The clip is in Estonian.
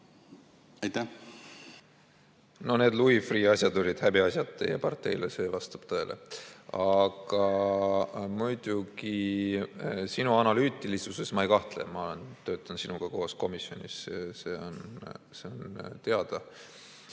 poodi. No need Louis Freeh' asjad olid häbiasjad teie parteile, see vastab tõele. Aga muidugi sinu analüütilisuses ma ei kahtle. Ma töötan sinuga koos komisjonis, see on teada.